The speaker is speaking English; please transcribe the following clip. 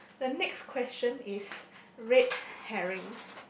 the next question is red hairing